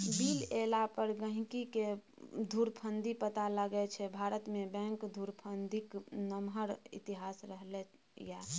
bill एला पर गहिंकीकेँ धुरफंदी पता लगै छै भारतमे बैंक धुरफंदीक नमहर इतिहास रहलै यै